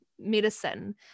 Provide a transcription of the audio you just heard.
medicine